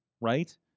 Right